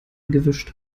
gewischt